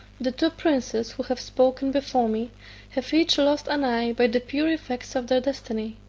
the two princes who have spoken before me have each lost an eye by the pure effects of their destiny,